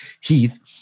Heath